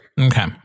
Okay